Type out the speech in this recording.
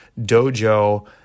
dojo